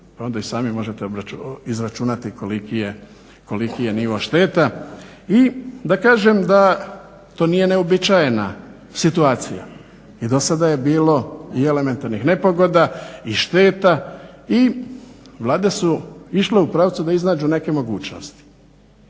Onda i sami možete izračunati koliki je nivo šteta. I da kažem da to nije neuobičajena situacija. I dosada je bilo i elementarnih nepogoda i šteta i Vlade su išle u pravcu da iznađu neke mogućnosti.